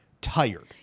tired